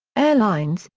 airlines,